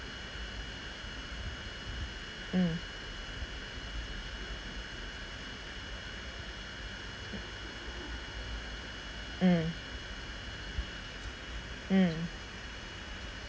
mm mm mm